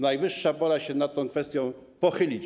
Najwyższa pora się nad tą kwestia pochylić.